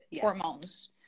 hormones